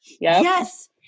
Yes